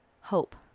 hope